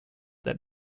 that